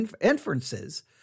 inferences